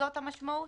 זאת המשמעות?